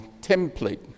template